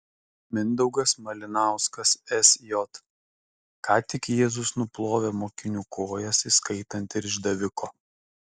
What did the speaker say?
mindaugas malinauskas sj ką tik jėzus nuplovė mokinių kojas įskaitant ir išdaviko